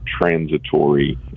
transitory